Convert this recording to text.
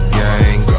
gang